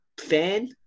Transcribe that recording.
fan